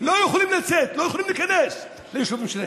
לא יכולים לצאת, לא יכולים להיכנס ליישובים שלהם.